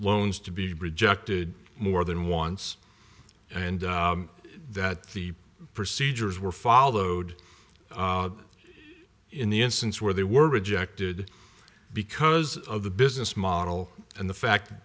loans to be rejected more than once and that the procedures were followed in the instance where they were rejected because of the business model and the fact